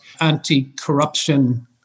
anti-corruption